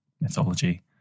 mythology